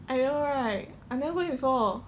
I know right I never go in before